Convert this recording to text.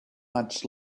much